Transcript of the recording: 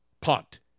punt